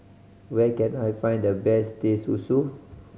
where can I find the best Teh Susu